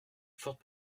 forte